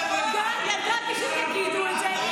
ידעתי שתגידו את זה.